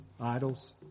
idols